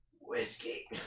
Whiskey